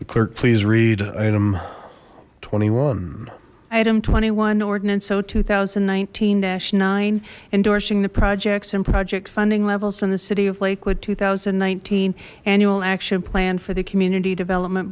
the clerk please read item twenty one item twenty one ordinance o two thousand and nineteen nine endorsing the projects and project funding levels in the city of lakewood two thousand and nineteen annual action plan for the community development